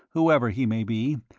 whoever he may be,